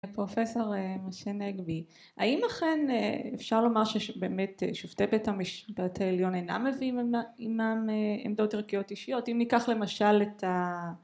פרופסור משה נגבי, האם אכן אפשר לומר שבאמת שופטי בית המשפט העליון אינם מביאים עימם עמדות ערכיות אישיות, אם ניקח למשל את ה...